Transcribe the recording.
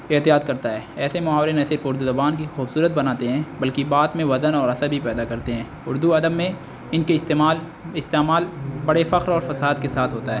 احتیاط کرتا ہے ایسے محاورے نہ صرف اردو زبان کی خوبصورت بناتے ہیں بلکہ بات میں وزن اور اثر بھی پیدا کرتے ہیں اردو ادب میں ان کے استعمال استعمال بڑے فخر اور فساد کے ساتھ ہوتا ہے